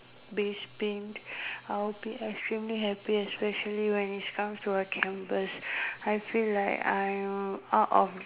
base pink I will be extremely happy especially when it comes to a canvas I feel like I'm out of